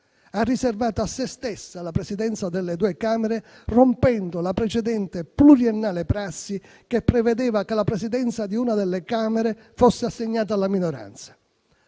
ha riservato a se stessa la Presidenza delle due Camere, rompendo la precedente pluriennale prassi che prevedeva che una delle due fosse assegnata alla minoranza.